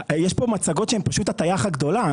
יש פה מצגות שהן פשוט הטעיה אחת גדולה.